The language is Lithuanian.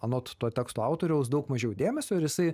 anot to teksto autoriaus daug mažiau dėmesio ir jisai